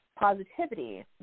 positivity